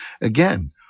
Again